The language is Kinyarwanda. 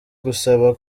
gusaba